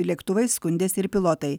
lėktuvais skundėsi ir pilotai